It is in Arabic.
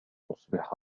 أصبح